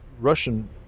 russian